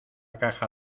caja